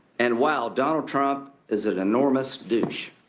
and while donald trump is an enormous dousche.